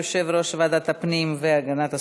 יושב-ראש ועדת הפנים והגנת הסביבה.